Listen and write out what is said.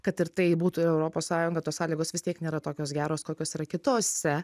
kad ir tai būtų europos sąjunga tos sąlygos vis tiek nėra tokios geros kokios yra kitose